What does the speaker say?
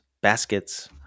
baskets